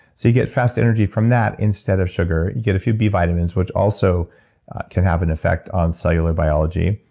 so you get fast energy from that instead of sugar. you get a few b vitamins, which also can have an effect on cellular biology,